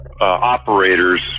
operators